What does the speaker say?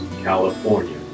California